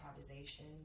improvisation